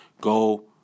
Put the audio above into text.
Go